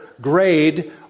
grade